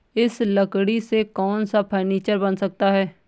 इस लकड़ी से कौन सा फर्नीचर बन सकता है?